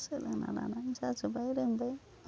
सोलोंना लानानै जाजोब्बाय रोंबाय